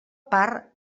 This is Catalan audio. part